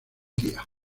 día